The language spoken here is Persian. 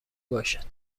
باشد